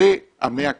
זה המאה הקודמת.